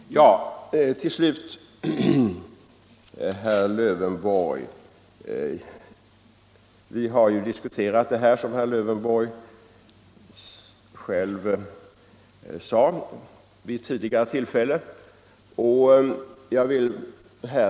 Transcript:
Till herr Lövenborg vill jag säga att vi ju har diskuterat detta vid tidigare tillfälle, som herr Lövenborg själv nämnde.